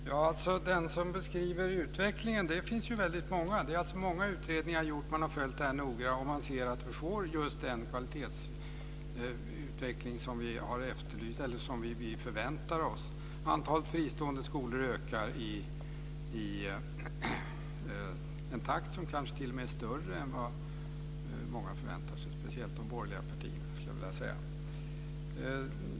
Herr talman! De som beskriver utvecklingen är många. Det är många utredningar som har gjorts, och man har följt det här noga. Och man ser att vi får just den kvalitetsutveckling som vi förväntar oss. Antalet fristående skolor ökar i en takt som kanske t.o.m. är större än vad många förväntar sig - speciellt de borgerliga partierna, skulle jag vilja säga.